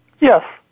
Yes